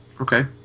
Okay